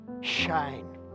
shine